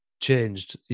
changed